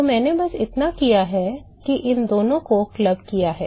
तो मैंने बस इतना किया है ki इन दोनों को क्लब किया है